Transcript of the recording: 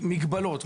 מגבלות.